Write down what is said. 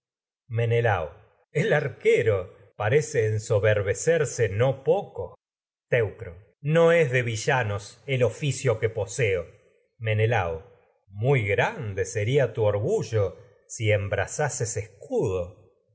menelao el arquero ensoberbecerse no poco teucro no es de villanos el oficio que poseo menelao zases muy grande seria tu orgullo si embra escudo